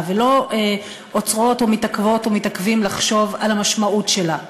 ולא עוצרות ומתעכבות ומתעכבים לחשוב על המשמעות שלה,